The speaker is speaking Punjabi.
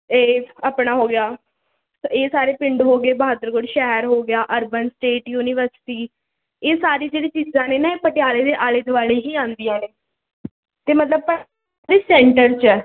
ਇਹ ਆਪਣਾ ਹੋ ਗਿਆ ਇਹ ਸਾਰੇ ਪਿੰਡ ਹੋਗੇ ਬਹਾਦਰਗੜ ਸ਼ਹਿਰ ਹੋ ਗਿਆ ਅਰਬਨ ਸਟੇਟ ਯੂਨੀਵਰਸਿਟੀ ਇਹ ਸਾਰੀ ਜਿਹੜੀ ਚੀਜ਼ਾਂ ਨੇ ਨਾ ਇਹ ਪਟਿਆਲੇ ਦੇ ਆਲੇ ਦੁਆਲੇ ਹੀ ਆਉਂਦੀਆਂ ਹੈ ਅਤੇ ਮਤਲਬ ਆਪਾਂ ਜੀ ਸੈਂਟਰ 'ਚ ਹੈ